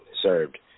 served